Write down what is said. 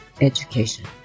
education